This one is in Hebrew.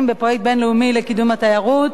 בפרויקט בין-לאומי לקידום התיירות.